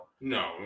No